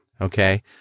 Okay